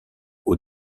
aux